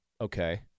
Okay